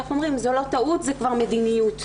זאת לא טעות זה כבר מדיניות.